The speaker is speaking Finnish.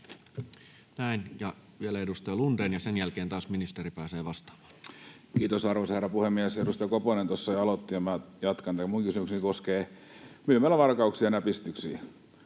valtion talousarvioksi vuodelle 2023 Time: 15:33 Content: Kiitos, arvoisa herra puhemies! Edustaja Koponen tuossa jo aloitti, ja minä jatkan. Tämä minun kysymykseni koskee myymälävarkauksia ja näpistyksiä.